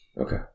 Okay